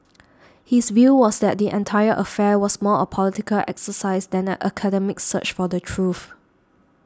his view was that the entire affair was more a political exercise than an academic search for the truth